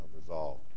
resolve